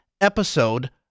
episode